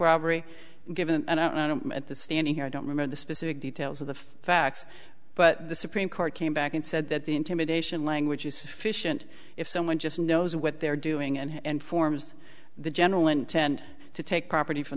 know at the standing here i don't remember the specific details of the facts but the supreme court came back and said that the intimidation language is sufficient if someone just knows what they're doing and forms the general intend to take property from